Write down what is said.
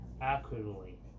accurately